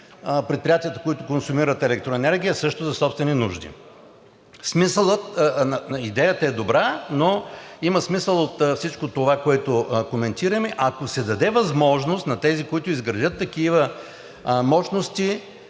предприятията, които консумират електроенергия – също за собствени нужди. Идеята е добра, но има смисъл от всичко това, което коментираме, ако се даде възможност на тези, които изградят такива мощности,